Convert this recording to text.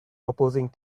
opposing